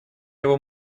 его